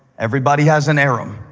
everybody has an aram.